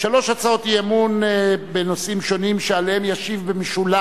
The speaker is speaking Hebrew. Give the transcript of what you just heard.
בגלל אבלו של חבר הכנסת נחמן שי במות אמו,